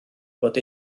bod